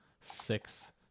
six